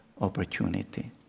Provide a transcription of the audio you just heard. opportunity